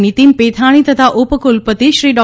નીતિન પેથાણી તથા ઉપકુલપતિશ્રી ડો